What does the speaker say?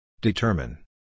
Determine